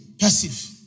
passive